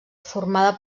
formada